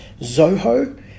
Zoho